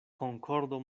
konkordo